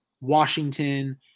Washington